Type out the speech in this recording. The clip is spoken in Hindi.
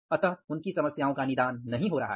अतः उनकी समस्याओं का निदान नहीं हो रहा है